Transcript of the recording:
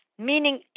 Meaning